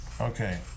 okay